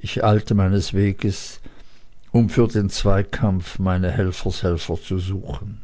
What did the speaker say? ich eilte meines weges um für den zweikampf meine helfershelfer zu suchen